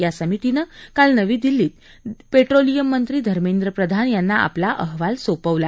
या समितीनं काल नवी दिल्लीत पेट्रोलियम मंत्री धर्मेंद्र प्रधान यांना आपला अहवाल सोपवला